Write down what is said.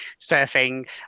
surfing